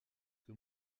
que